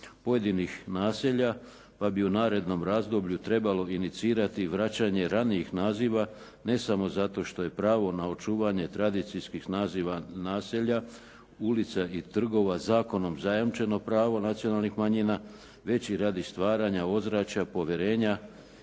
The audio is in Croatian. pojedinih naselja, pa bi u narednom razdoblju trebalo inicirati vraćanje ranijih naziva, ne samo zato što je pravo na očuvanje tradicijskih naziva naselja, ulica i trgova zakonom zajamčeno pravo nacionalnih manjina, već i radi stvaranja ozračja povjerenja